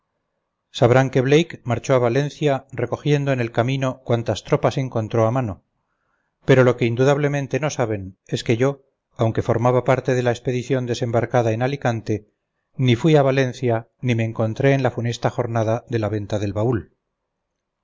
sabrán que blake marchó a valencia recogiendo en el camino cuantas tropas encontró a mano pero lo que indudablemente no saben es que yo aunque formaba parte de la expedición desembarcada en alicante ni fui a valencia ni me encontré en la funesta jornada de la venta del baúl